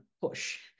push